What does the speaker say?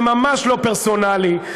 זה ממש לא פרסונלי,